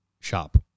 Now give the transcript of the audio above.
shop